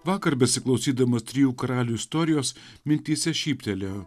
vakar besiklausydamas trijų karalių istorijos mintyse šyptelėjau